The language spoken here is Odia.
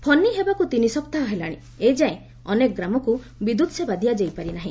ଫନୀ ହେବାକୁ ତିନି ସପ୍ତାହ ହେଲାଣି ଏଯାଏଁ ଅନେକ ଗ୍ରାମକୁ ବିଦ୍ୟତ୍ସେବା ଦିଆଯାଇ ପାରି ନାହି